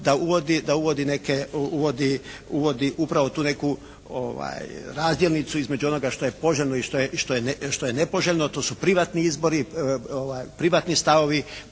da uvodi upravo tu neku razdjelnicu između onoga što je poželjno i što je nepoželjno, to su privatni izbori, privatni stavovi